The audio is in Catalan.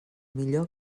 millor